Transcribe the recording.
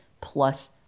plus